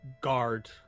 guard